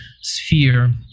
sphere